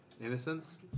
Innocence